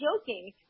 joking